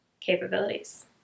capabilities